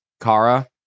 Kara